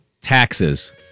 Taxes